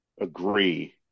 agree